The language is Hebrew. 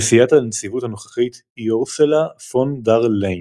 נשיאת הנציבות הנוכחית היא אורסולה פון דר ליין.